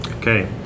Okay